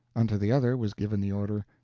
unto the other was given the order,